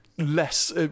less